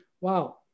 wow